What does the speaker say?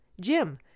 Jim